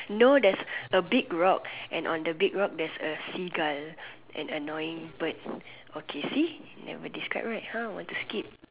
no there's a big rock and on the big rock there's a Seagull an annoying bird okay see never describe right !huh! want to skip